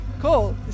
Cool